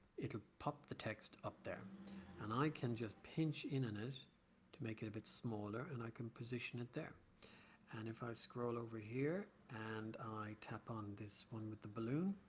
it'll pop the text up there and i can just pinch in it to make it a bit smaller and i can position it there and if i scroll over here and i tap on this one with the balloon